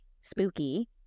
Spooky